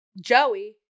Joey